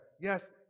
Yes